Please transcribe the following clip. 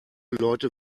leute